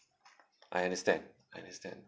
I understand I understand